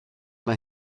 mae